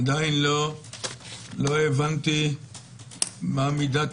עדיין לא הבנתי מה מידת